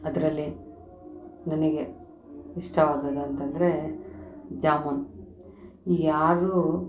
ಅದರಲ್ಲಿ ನನಗೆ ಇಷ್ಟವಾದದ್ದು ಅಂತಂದರೆ ಜಾಮೂನು ಈಗ ಯಾರೂ